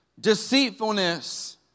deceitfulness